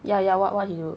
ya ya what what he you do